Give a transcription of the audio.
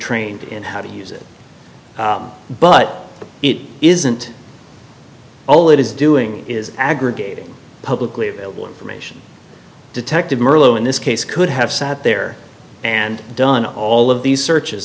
trained in how to use it but it isn't all it is doing is aggregating publicly available information detectives in this case could have sat there and done all of these searches